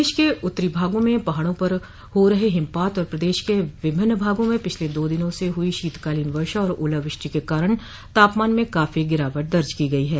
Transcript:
देश के उत्तरी भागों में पहाड़ों पर हो रहे हिमपात और प्रदेश के विभिन्न भागों में पिछले दो दिनों हुई शीतकालीन वर्षा और ओलावृष्टि के कारण तापमान में काफी गिरावट दर्ज की गई है